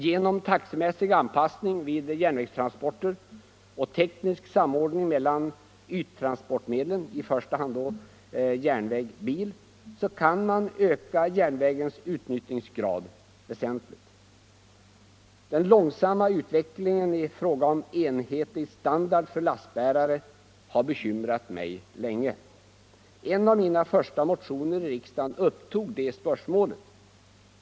Genom taxemässig anpassning vid järnvägstransporter och teknisk samordning mellan yttransportmedlen, i första hand järnväg-bil, kan man öka järnvägens utnyttjandegrad väsentligt. Den långsamma utvecklingen i fråga om enhetlig standard för lastbärare har bekymrat mig länge. En av mina första motioner i riksdagen upptog det spörsmålet.